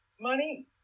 money